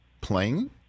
playing